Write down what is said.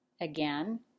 Again